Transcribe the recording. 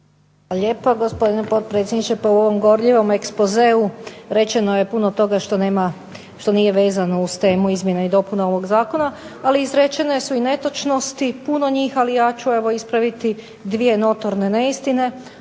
lijepa gospodine potpredsjedniče. Pa u ovom gorljivom ekspozeu rečeno je puno toga što nije vezano uz temu izmjena i dopuna ovog zakona. Ali izrečene su i netočnosti, puno njih, ali ja ću evo ispraviti dvije notorne neistine,